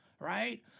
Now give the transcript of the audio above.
right